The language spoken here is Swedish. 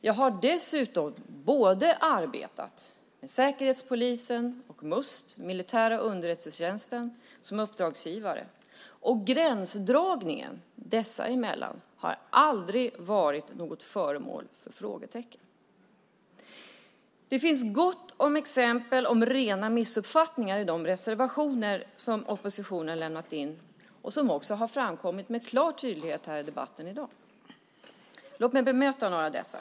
Jag har dessutom arbetat med både Säkerhetspolisen och Must, den militära underrättelsetjänsten, som uppdragsgivare. Gränsdragningen mellan dessa har aldrig varit föremål för frågetecken. Det finns gott om exempel på rena missuppfattningar i de reservationer som oppositionen lämnat in och som har framkommit med klar tydlighet här i debatten i dag. Låt mig bemöta några av dessa.